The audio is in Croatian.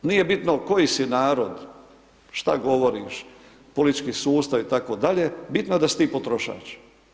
Nije bitno koji si narod, šta govoriš, politički sustav itd. bitno je da si ti potrošač.